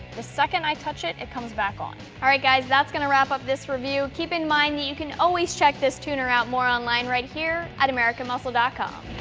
the second i touch it, it comes back on. all right, guys. that's gonna wrap up this review. keep in mind that you can always check this tuner out more online right here at americanmuscle ah com.